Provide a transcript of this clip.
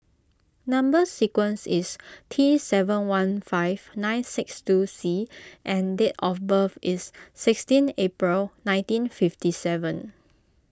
Number Sequence is T seven four one five nine six two C and date of birth is sixteen April nineteen fifty seven